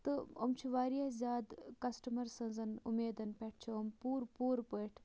تہٕ یِم چھٕ واریاہ زیادٕ کَسٹَمَر سٕنٛز اُمیدَن پٮ۪ٹھ چھِ یِم پوٗرٕ پوٗرٕ پٲٹھۍ